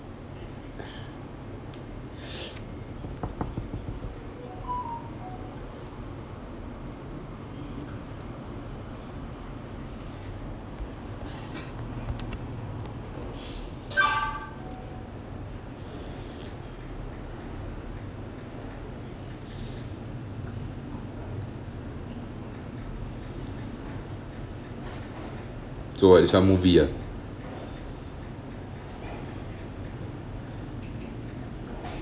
so what this kind of movie ah